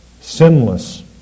Sinless